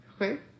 okay